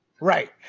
Right